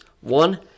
One